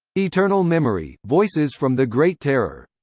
eternal memory voices from the great terror.